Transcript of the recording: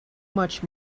much